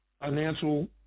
Financial